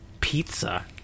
pizza